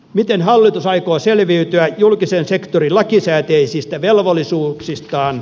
miten hallitus aikoo selviytyä julkisen sektorin lakisääteisistä velvollisuuksistaan